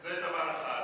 זה דבר אחד.